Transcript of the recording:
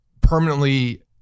permanently